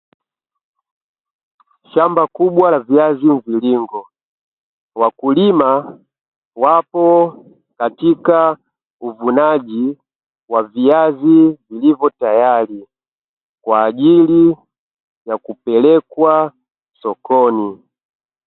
Shamba kubwa la viazi mviringo, wakulima wapo katika uvunaji wa viazi hivyo, tayari kwa ajili ya kupelekwa sokoni.